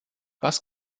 was